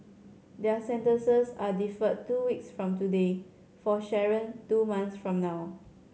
their sentences are deferred two weeks from today for Sharon two months from now